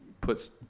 puts